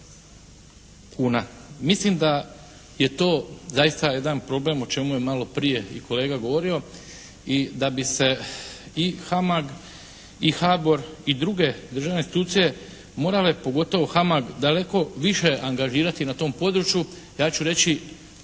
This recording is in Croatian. Mislim da je to zaista jedan problem o čemu je malo prije i kolega govorio i da bi se i HAMAG i HABOR i druge državne institucije morale pogotovo HAMAG daleko više angažirati na tom području, ja ću reći